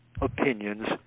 opinions